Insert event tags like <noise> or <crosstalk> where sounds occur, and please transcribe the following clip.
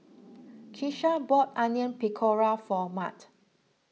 <noise> Keesha bought Onion Pakora for Mart